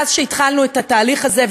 מאז התחלנו את התהליך הזה,